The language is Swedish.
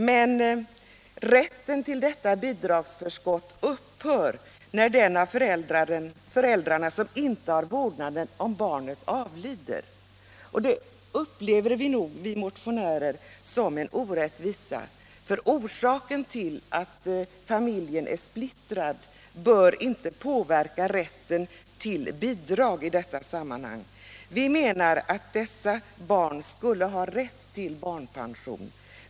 Men rätten till detta bidragsförskott upphör när den av föräldrarna som inte har vårdnaden av barnet avlider. Det upplever vi motionärer som en orättvisa. Orsaken till att familjen är splittrad bör inte påverka rätten till bidrag i detta sammanhang. Vi menar att dessa barn borde ha rätt till barnpension.